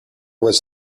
was